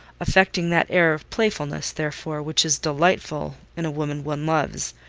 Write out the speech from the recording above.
affecting that air of playfulness, therefore, which is delightful in a woman one loves,